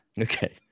Okay